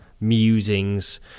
musings